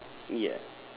ya